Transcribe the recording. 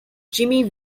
jimmy